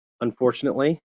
unfortunately